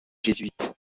jésuites